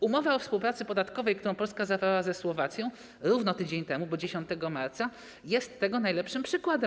Umowa o współpracy podatkowej, którą Polska zawarła ze Słowacją równo tydzień temu, bo 10 marca, jest tego najlepszym przykładem.